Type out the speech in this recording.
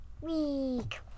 week